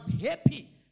happy